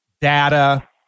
data